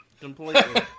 completely